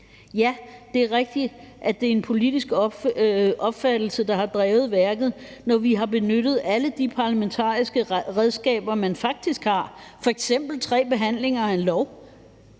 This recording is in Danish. Ja, det er rigtigt, at det er en politisk opfattelse, der har drevet værket, når vi har benyttet alle de parlamentariske redskaber, man faktisk har, f.eks. tre behandlinger i